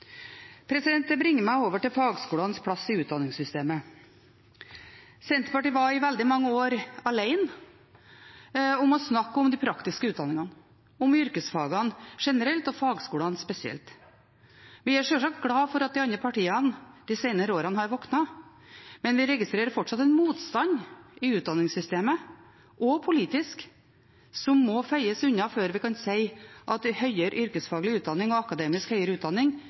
bringer meg over til fagskolenes plass i utdanningssystemet. Senterpartiet var i veldig mange år alene om å snakke om de praktiske utdanningene, om yrkesfagene generelt og fagskolene spesielt. Vi er sjølsagt glad for at de andre partiene de senere årene har våknet, men vi registrerer fortsatt en motstand i utdanningssystemet og politisk som må feies unna før vi kan si at høyere yrkesfaglig utdanning og akademisk høyere utdanning